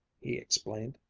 he explained,